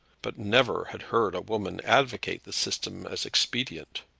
but never had heard a woman advocate the system as expedient.